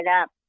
up